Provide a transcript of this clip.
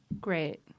Great